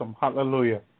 hallelujah